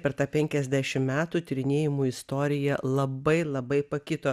per tą penkiasdešim metų tyrinėjimų istoriją labai labai pakito